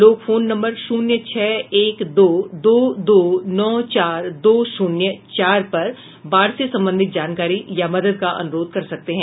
लोग phone number शून्य छह एक दो दो दो नौ चार दो शून्य चार पर बाढ़ से संबंधित जानकारी या मदद का अनुरोध कर सकते हैं